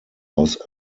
aus